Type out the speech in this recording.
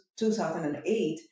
2008